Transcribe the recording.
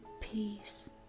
peace